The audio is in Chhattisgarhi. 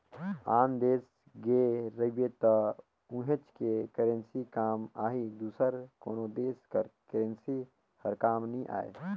आन देस गे रहिबे त उहींच के करेंसी काम आही दूसर कोनो देस कर करेंसी हर काम नी आए